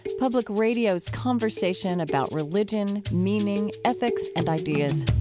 public radio's conversation about religion, meaning, ethics and ideas.